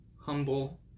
humble